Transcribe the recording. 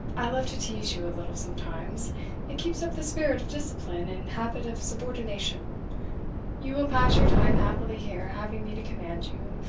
i love to tease you a little sometimes it keeps up the spirit of discipline and habit of subordination you will pass your time happily here having me to command you,